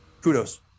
kudos